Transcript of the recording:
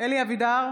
אלי אבידר,